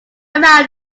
around